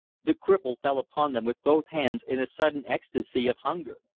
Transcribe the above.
the cripple fell upon them with both hands in a sudden ecstacy of hunger.